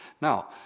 Now